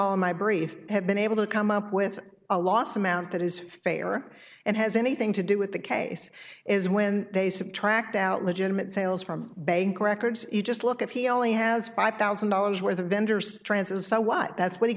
brief have been able to come up with a loss amount that is fair and has anything to do with the case is when they subtract out legitimate sales from bank records you just look at he only has five thousand dollars worth of vendors trances so what that what